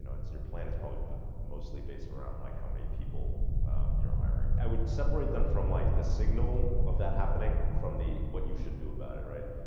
and it's your plan is probably mostly based around like how many people you're hiring. i would separate them from like the signal of that happening from the what you should do about it, right.